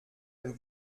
dem